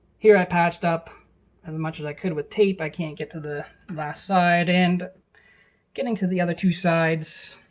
here i patched up as much as i could with tape. i can't get to the last side, and getting to the other two sides,